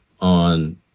on